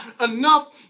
enough